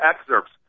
excerpts